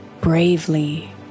bravely